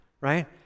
right